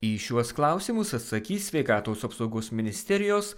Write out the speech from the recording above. į šiuos klausimus atsakys sveikatos apsaugos ministerijos